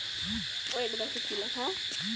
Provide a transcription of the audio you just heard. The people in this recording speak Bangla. কোয়াস চাষে মাটির উর্বরতা বাড়াতে কোন সময় জল স্প্রে করব?